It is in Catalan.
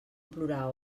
plorar